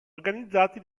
organizzati